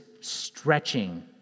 stretching